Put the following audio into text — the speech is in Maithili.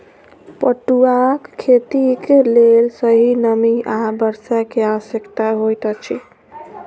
पटुआक खेतीक लेल सही नमी आ वर्षा के आवश्यकता होइत अछि